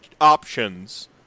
options